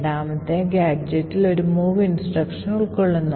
രണ്ടാമത്തെ ഗാഡ്ജെറ്റിൽ ഒരു move instruction ഉൾക്കൊള്ളുന്നു